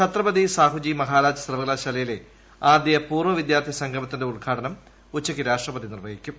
ഛത്രപതി സാഹുജി മഹാരാജ് സർവകലാശാലയിലെ ആദ്യ പൂർവ്വ വിദ്യാർത്ഥി സംഗമത്തിന്റെ ഉദ്ഘാടനം ഉച്ചയ്ക്ക് രാഷ്ട്രപതി നിർവ്വഹിക്കും